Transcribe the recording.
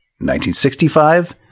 1965